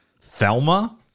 Thelma